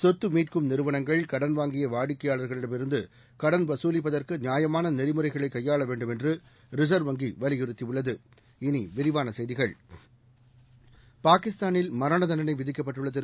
சொத்தமீட்கும் நிறுவனங்கள் கடன் வாங்கியவாடிக்கையாளர்களிடமிருந்துகடன் வசூலிப்பதற்குநியாயமானநெறிமுறைகளைக் கையாளவேண்டும் என்றுரிசர்வ் வங்கிவலியுறுத்தியுள்ளது பாகிஸ்தானில் மரணதண்டனைவிதிக்கப்பட்டுள்ளதிரு